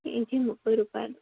KG ముప్పై రూపాయలు